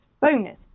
Bonus